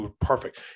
perfect